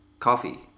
coffee